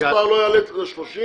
המספר לא יעלה על 30,